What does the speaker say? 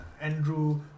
Andrew